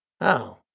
Oh